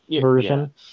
version